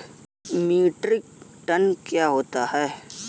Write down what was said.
Metric ton क्या होता है?